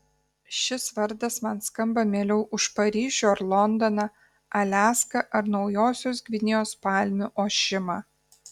šis vardas man skamba mieliau už paryžių ar londoną aliaską ar naujosios gvinėjos palmių ošimą